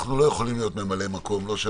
אנחנו לא יכולים להיות ממלא-מקום לא של